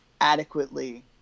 adequately